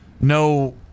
no